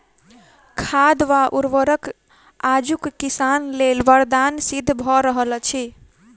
खाद वा उर्वरक आजुक किसान लेल वरदान सिद्ध भ रहल अछि